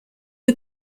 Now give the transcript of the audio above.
who